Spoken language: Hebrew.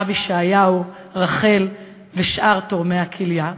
הרב ישעיהו ורחל ושאר תורמי הכליה.